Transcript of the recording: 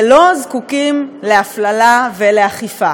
ולא זקוקים להפללה ולאכיפה.